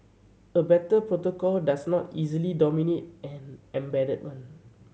a better protocol does not easily dominate an embedded one